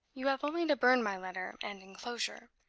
you have only to burn my letter and inclosure,